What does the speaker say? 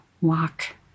walk